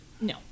No